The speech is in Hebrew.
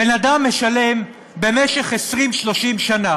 בן-אדם משלם במשך 30-20 שנה